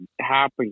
happy